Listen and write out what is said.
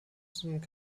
zum